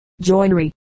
joinery